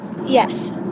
Yes